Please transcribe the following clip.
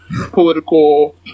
political